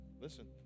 listen